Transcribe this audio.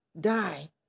die